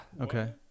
Okay